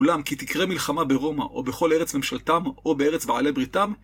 אולם כי תקרה מלחמה ברומא, או בכל ארץ ממשלתם, או בארץ בעלי בריתם..